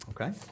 okay